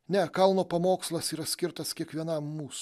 ne kalno pamokslas yra skirtas kiekvienam mūs